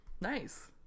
Nice